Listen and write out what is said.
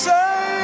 say